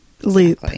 loop